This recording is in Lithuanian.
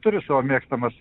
turi savo mėgstamas